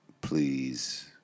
please